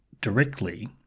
directly